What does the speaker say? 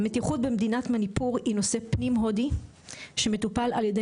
המתיחות במדינת מניפור היא נושא פנים הודי שמטופל על ידי